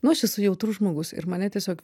nu aš esu jautrus žmogus ir mane tiesiog